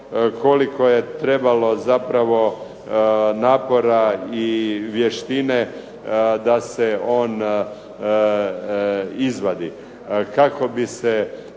koliko je trebalo zapravo napora i vještine da se on izvadi.